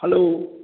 hello